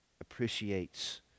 appreciates